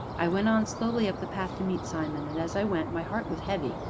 i went on slowly up the path to meet simon, and, as i went, my heart was heavy,